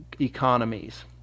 economies